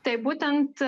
tai būtent